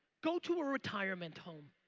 go to a retirement home.